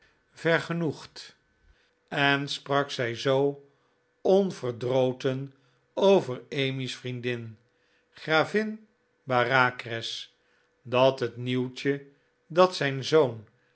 vergenoegd en sprak zij zoo onverdroten over emmy's vriendin gravin bareacres dat het nieuwtje dat zijn zoon